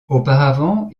auparavant